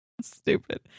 stupid